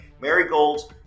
marigolds